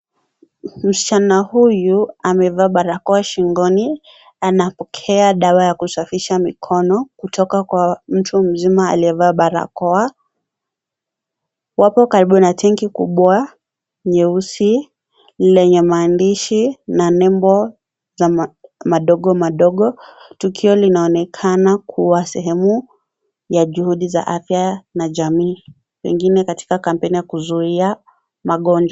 Msichana huyu amevaa barakoa shingoni anapokea dawa ya kusafisha mikono kutoka kwa mtu mzima aliyevaa barakoa. Wako karibu na tenki kubwa nyeusi lenye maandishi, na nembo madogo madogo. Tukio linaonekana kuwa sehemu ya juhudi za afya na jamii, pengine katika kampeni ya kuzuia magonjwa.